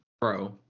Bro